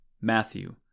Matthew